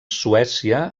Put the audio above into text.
suècia